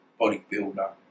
bodybuilder